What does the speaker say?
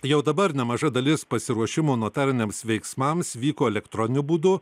jau dabar nemaža dalis pasiruošimo notariniams veiksmams vyko elektroniniu būdu